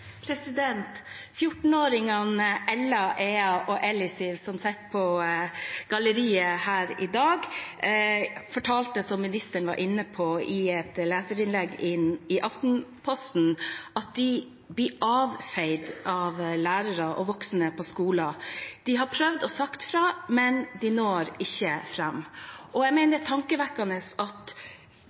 Ea og Ellisiv, som sitter på galleriet her i dag, fortalte, som ministeren var inne på, i et leserinnlegg i Aftenposten at de blir avfeid av lærere og voksne på skolen. De har prøvd å si fra, men de når ikke fram. Jeg mener det er tankevekkende at